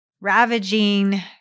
ravaging